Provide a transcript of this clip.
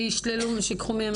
שישללו, שייקחו מהם.